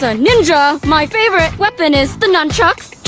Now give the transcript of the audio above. so ninja my favorite weapon is the nunchucks! oh,